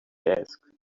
asked